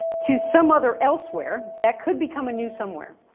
to some other elsewhere that could become a new somewhere.